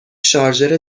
شارژر